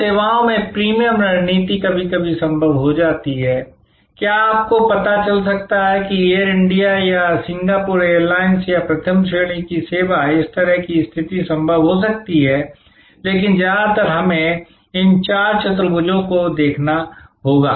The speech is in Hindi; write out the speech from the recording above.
अब सेवाओं में प्रीमियम रणनीति कभी कभी संभव हो जाती है क्या आपको पता चल सकता है कि एयर इंडिया या सिंगापुर एयरलाइंस पर प्रथम श्रेणी की सेवा या इस तरह की स्थिति संभव हो सकती है लेकिन ज्यादातर हमें इन चार चतुर्भुजों को देखना होगा